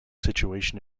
situation